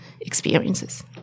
experiences